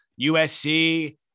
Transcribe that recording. USC